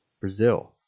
Brazil